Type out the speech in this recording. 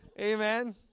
Amen